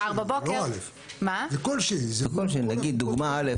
זה כלשהי, זה לא א'.